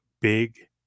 big